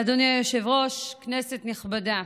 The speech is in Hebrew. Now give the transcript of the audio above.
אדוני היושב-ראש, כנסת נכבדה,